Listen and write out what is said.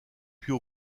puis